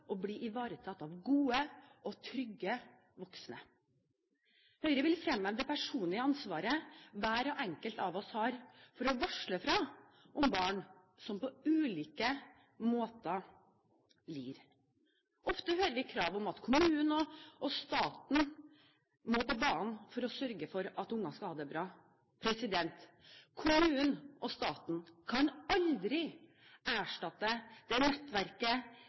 å bli ivaretatt av gode og trygge voksne. Høyre vil fremheve det personlige ansvaret hver enkelt av oss har for å varsle om barn som på ulike måter lider. Ofte hører vi krav om at kommunene og staten må på banen for å sørge for at barn skal ha det bra. Kommunene og staten kan aldri erstatte nettverket, naboene og lokalmiljøet rundt barnet. Det